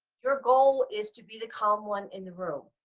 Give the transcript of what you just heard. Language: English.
your goal is to be the calm one in the room.